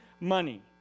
money